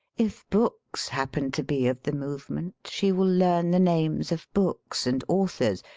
if books happen to be of the movement, she will learn the names of books and authors,